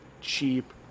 cheap